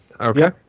Okay